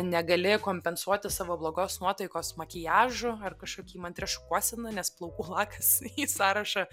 negali kompensuoti savo blogos nuotaikos makiažu ar kažkokia įmantria šukuosena nes plaukų lakas į sąrašą